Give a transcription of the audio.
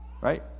right